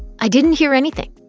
i didn't hear anything,